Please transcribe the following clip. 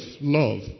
love